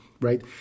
right